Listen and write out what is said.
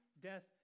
Death